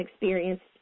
experienced